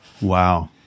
Wow